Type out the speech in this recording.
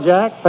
Jack